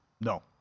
No